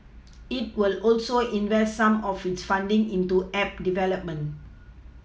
it will also invest some of its funding into app development